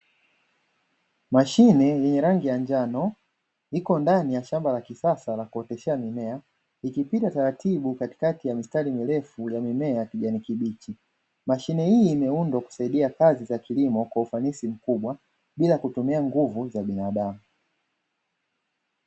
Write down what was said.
Mashine yenye rangi ya njano ipo ndani ya shamba la kisasa la kuoteshea mimea, ikipita taratibu katikati ya mistari mirefu ya mimea ya kijani kibichi. Mashine hii imeundwa kusaidia kazi za kilimo kwa ufanisi mkubwa, bila kutumia nguvu za binadamu.